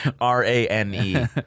R-A-N-E